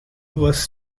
was